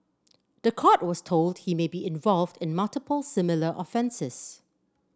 the court was told he may be involved in multiple similar offences